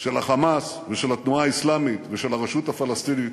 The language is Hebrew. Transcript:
של ה"חמאס" ושל התנועה האסלאמית ושל הרשות הפלסטינית,